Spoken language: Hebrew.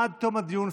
עד תום הדיון,